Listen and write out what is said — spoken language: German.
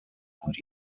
und